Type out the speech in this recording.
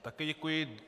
Také děkuji.